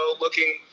looking